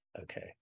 okay